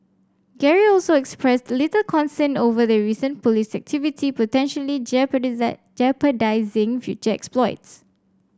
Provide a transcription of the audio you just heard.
Gary also expressed little concern over the recent police activity potentially jeopardising future exploits